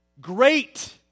great